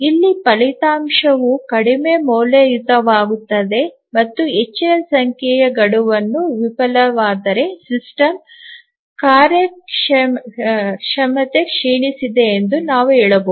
ಇಲ್ಲಿ ಫಲಿತಾಂಶವು ಕಡಿಮೆ ಮೌಲ್ಯಯುತವಾಗುತ್ತದೆ ಮತ್ತು ಹೆಚ್ಚಿನ ಸಂಖ್ಯೆಯ ಗಡುವನ್ನು ವಿಫಲವಾದರೆ ಸಿಸ್ಟಮ್ ಕಾರ್ಯಕ್ಷಮತೆ ಕ್ಷೀಣಿಸಿದೆ ಎಂದು ನಾವು ಹೇಳಬಹುದು